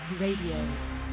Radio